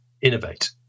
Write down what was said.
innovate